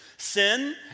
Sin